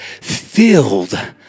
Filled